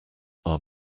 are